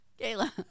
Kayla